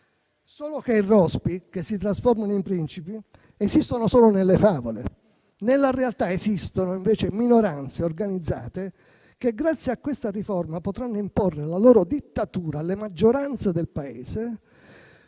I rospi che si trasformano in principi, però, esistono solo nelle favole; nella realtà esistono invece minoranze organizzate che, grazie a questa riforma, potranno imporre la loro dittatura alle maggioranze del Paese;